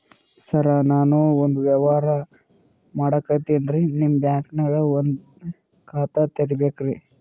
ಸರ ನಾನು ಒಂದು ವ್ಯವಹಾರ ಮಾಡಕತಿನ್ರಿ, ನಿಮ್ ಬ್ಯಾಂಕನಗ ಒಂದು ಖಾತ ತೆರಿಬೇಕ್ರಿ?